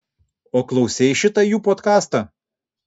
o klausei šitą jų podkastą